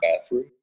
bathroom